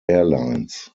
airlines